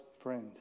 friend